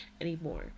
anymore